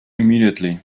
immediately